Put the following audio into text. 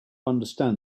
understand